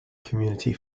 community